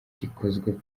gikozwe